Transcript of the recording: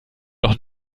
doch